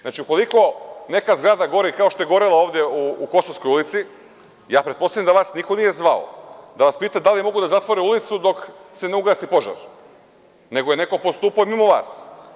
Znači, ukoliko neka zgrada gori, kao što je gorela ovde u Kosovskoj ulici, ja pretpostavljam da vas niko nije zvao da vas pita da li mogu da zatvore ulicu dok se ne ugasi požar, nego je neko postupao mimo vas.